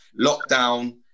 lockdown